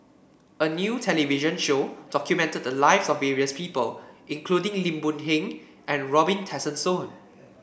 a new television show documented the lives of various people including Lim Boon Heng and Robin Tessensohn